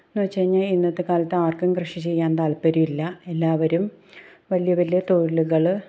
എന്നു വെച്ചാൽ കഴിഞ്ഞാൽ ഇന്നത്തെക്കാലത്ത് ആര്ക്കും കൃഷി ചെയ്യാന് താത്പര്യമില്ല എല്ലാവരും വലിയ വലിയ തൊഴിലുകൾ